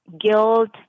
guilt